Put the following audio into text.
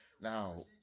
Now